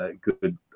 good